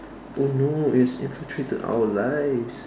oh no it has infiltrated our lives